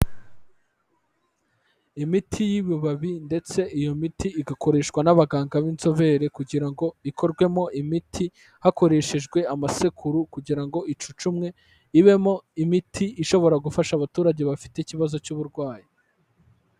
Imiti y'ibibabi ndetse iyo miti igakoreshwa n'abaganga b'inzobere kugira ngo ikorwemo imiti, hakoreshejwe amasekuru kugira ngo icukumwe, ibemo imiti ishobora gufasha abaturage bafite ikibazo cy'uburwayi.